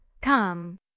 Come